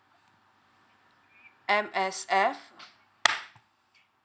M_S_F